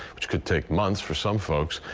which could take months for some folks.